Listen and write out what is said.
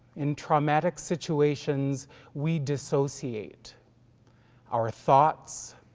in traumatic situations we dissociate our thoughts,